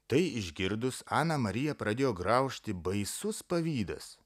tai išgirdus aną mariją pradėjo graužti baisus pavydas